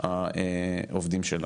העובדים שלה.